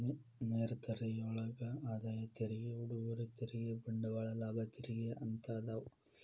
ನೇರ ತೆರಿಗೆಯೊಳಗ ಆದಾಯ ತೆರಿಗೆ ಉಡುಗೊರೆ ತೆರಿಗೆ ಬಂಡವಾಳ ಲಾಭ ತೆರಿಗೆ ಅಂತ ಅದಾವ